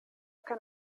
kann